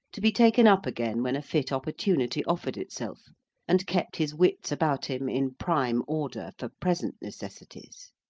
to be taken up again when a fit opportunity offered itself and kept his wits about him in prime order for present necessities.